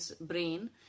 brain